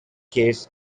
case